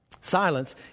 Silence